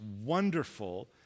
wonderful